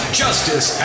justice